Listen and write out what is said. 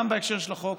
וגם בהקשר של חוק